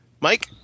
Mike